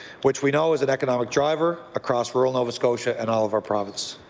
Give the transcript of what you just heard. which we know is an economic driver across rural nova scotia and all of our province.